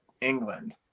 England